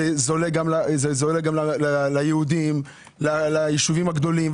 זה זולג גם ליהודים, לישובים הגדולים.